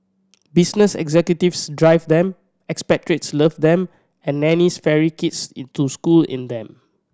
business executives drive them expatriates love them and nannies ferry kids it to school in them